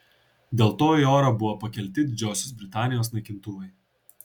dėl to į orą buvo pakelti didžiosios britanijos naikintuvai